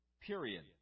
period